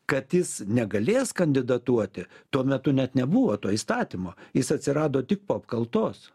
kad jis negalės kandidatuoti tuo metu net nebuvo to įstatymo jis atsirado tik po apkaltos